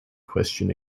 question